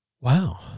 Wow